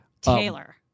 Taylor